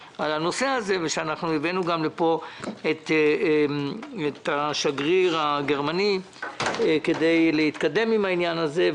הבאנו לפה את השגריר הגרמני כדי להתקדם עם העניין הזה.